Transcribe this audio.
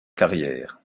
carrière